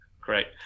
Great